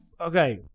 Okay